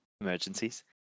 emergencies